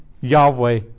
Yahweh